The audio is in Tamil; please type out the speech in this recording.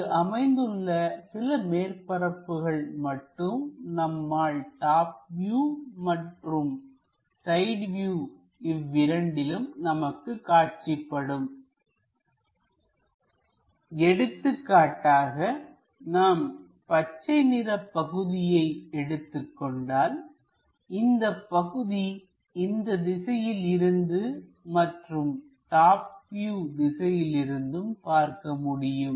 இங்கு அமைந்துள்ள சில மேற்பரப்புகள் மட்டும் நம்மால் டாப் வியூ மற்றும் சைட் வியூ இவ்விரண்டிலும் நமக்கு காட்சிப்படும் எடுத்துக்காட்டாக நாம் பச்சை நிற பகுதியை எடுத்துக் கொண்டால் இந்தப்பகுதி இந்த திசையில் இருந்தும் மற்றும் டாப் வியூ திசையிலிருந்தும் பார்க்க முடியும்